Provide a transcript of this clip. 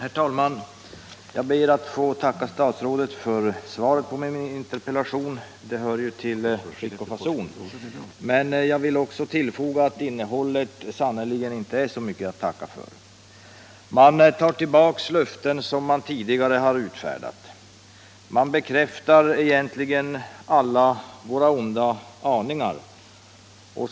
Herr talman! Jag ber att få tacka statsrådet för svaret på min interpellation — det hör ju till skick och fason — men jag vill tillfoga att innehållet sannerligen inte är så mycket att tacka för. Man tar tillbaka löften som tidigare utfärdats. Man bekräftar egentligen alla våra onda aningar.